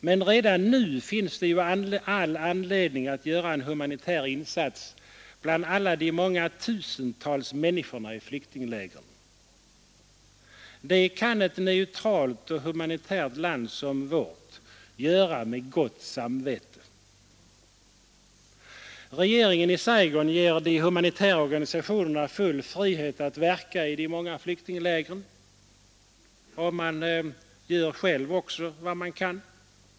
Men redan nu finns det ju all anledning att göra en humanitär insats bland alla de många tusen människorna i flyktinglägren. Det kan ett neutralt och humanitärt land som vårt göra med gott samvete. Regeringen i Saigon ger de humanitära organisationerna full frihet att verka i de många flyktinglägren, och man gör själv också vad man kan.